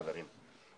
חברים.